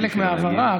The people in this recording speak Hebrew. חלק מההעברה,